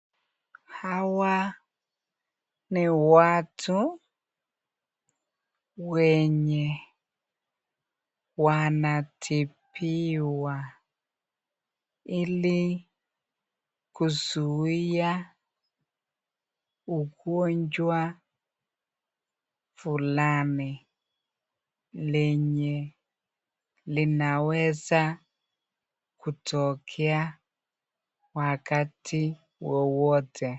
Hawa ni watu wenye wanatibiwa ili kuzuia ugonjwa fulani lenye linaweza kutokea wakati wowote.